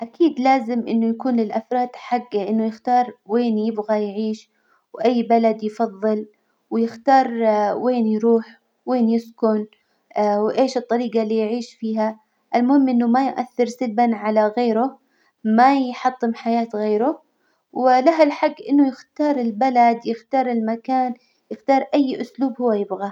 أكيد لازم إنه يكون للأفراد حج إنه يختار وين يبغى يعيش، وأي بلد يفضل، ويختار وين يروح، وين يسكن، وإيش الطريجة اللي يعيش فيها، المهم إنه ما يؤثر سلبا على غيره، ما يحطم حياة غيره، وله الحج إنه يختار البلد، يختار المكان، يختار أي أسلوب هو يبغاه.